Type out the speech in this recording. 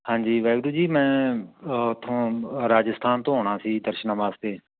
ਹਾਂਜੀ ਵਾਹਿਗੁਰੂ ਜੀ ਮੈਂ ਉੱਥੋਂ ਰਾਜਸਥਾਨ ਤੋਂ ਆਉਣਾ ਸੀ ਦਰਸ਼ਨਾਂ ਵਾਸਤੇ